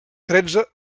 tretze